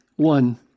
One